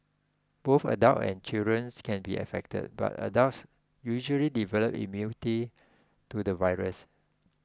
both adults and can be affected but adults usually develop immunity to the virus